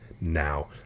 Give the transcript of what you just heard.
now